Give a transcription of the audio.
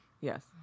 Yes